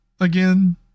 again